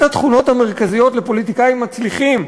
התכונות המרכזיות של פוליטיקאים מצליחים,